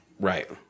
Right